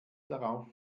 darauf